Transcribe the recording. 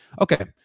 Okay